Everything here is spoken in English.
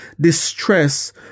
distress